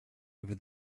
over